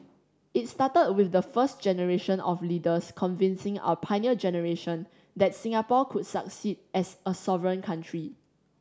it started with the first generation of leaders convincing our Pioneer Generation that Singapore could succeed as a sovereign country